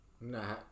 Nah